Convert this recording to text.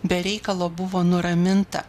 be reikalo buvo nuraminta